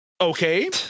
Okay